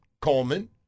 Coleman